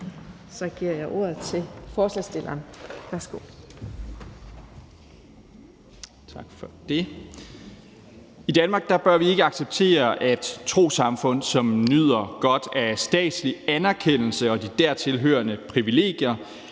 Så giver jeg ordet til forslagsstilleren. Værsgo.